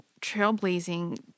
trailblazing